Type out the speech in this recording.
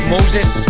Moses